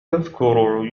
تذكر